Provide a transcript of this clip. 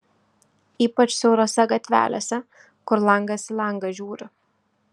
ypač siaurose gatvelėse kur langas į langą žiūri